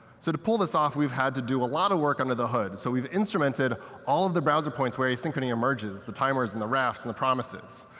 so to pull this off, we've had to do a lot of work under the hood. so we've instrumented all of the browser points where asynchrony emerges. the timers and the rafts and the promises.